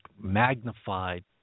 magnified